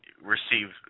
receive